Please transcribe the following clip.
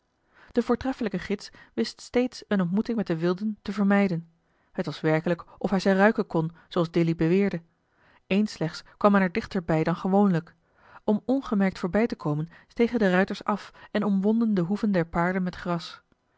de voortreffelijke gids wist steeds eene ontmoeting met de wilden te vermijden het was werkelijk of hij ze ruiken kon zooals dilly beweerde eens slechts kwam men er dichter bij dan gewoonlijk om ongemerkt voorbij te komen stegen de ruiters af en omwonden de hoeven der paarden met gras